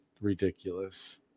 ridiculous